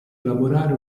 elaborare